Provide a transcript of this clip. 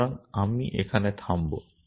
সুতরাং আমি এখানে থামব